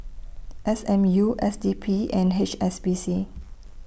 S M U S D P and H S B C